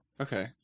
Okay